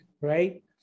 right